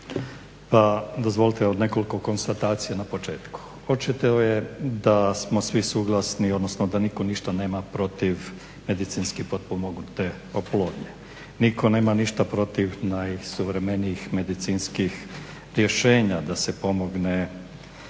pa dozvolite nekoliko konstatacija na početku. Očito je da smo svi suglasni odnosno da nitko nema protiv na medicinski pomognutu oplodnju, nitko nema ništa protiv najsuvremenijih medicinskih rješenja da se pomogne